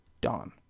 Dawn